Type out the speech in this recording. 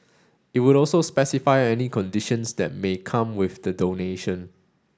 it would also specify any conditions that may come with the donation